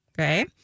Okay